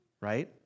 right